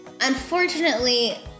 Unfortunately